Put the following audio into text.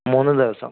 മൂന്ന് ദിവസം